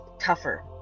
tougher